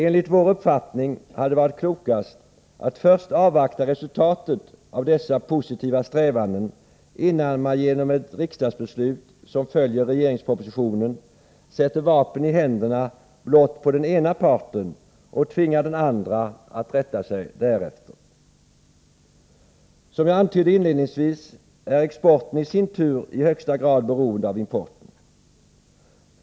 Enligt vår uppfattning hade det varit klokast att avvakta resultatet av dessa positiva strävanden innan man genom ett riksdagsbeslut, som följer regeringspropositionen, sätter vapen i händerna blott på den ena parten och tvingar den andra att rätta sig därefter. Som jag antydde inledningsvis är exporten i sin tur i högsta grad beroende av importen.